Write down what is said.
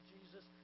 Jesus